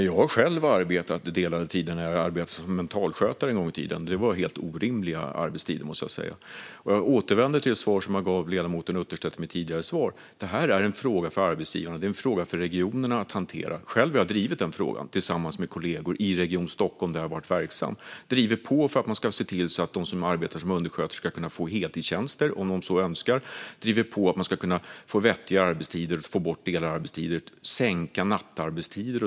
Fru talman! Jag arbetade själv med delade tider som mentalskötare en gång i tiden, och det var helt orimliga arbetstider. Jag återvänder till det svar jag gav ledamoten Utterstedt i min förra replik: Detta är en fråga för arbetsgivarna och regionerna att hantera. Själv drev jag tillsammans med kollegor denna fråga i region Stockholm där jag var verksam. Vi drev på för att undersköterskor ska få heltidstjänster, om de så önskar, få vettiga arbetstider, slippa delade arbetstider och få kortare nattarbetstider.